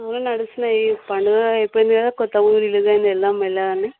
అవే నడుస్తున్నాయి పండుగ అయిపోయింది కదా కొత్త మూవీ రిలీజ్ అయింది వెళ్దాం మెల్లగా అని